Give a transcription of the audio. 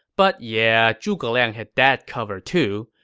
but yeah, zhuge liang had that covered, too.